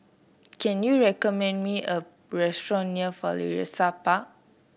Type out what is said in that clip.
can you recommend me a restaurant near Florissa Park